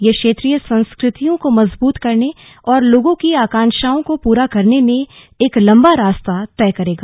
यह क्षेत्रीय संस्कृतियों को मजबूत करने और लोगों की आकांक्षाओं को पूरा करने में एक लंबा रास्ता तय करेगा